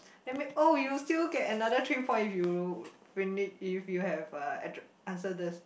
oh you still get another three point if you if you have uh answer this